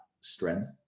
strength